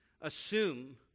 assume